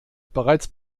bereits